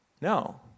No